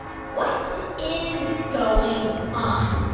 what is going on?